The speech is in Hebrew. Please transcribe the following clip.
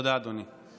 תודה, אדוני.